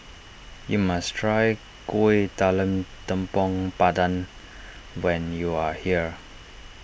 you must try Kuih Talam Tepong Pandan when you are here